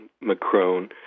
Macron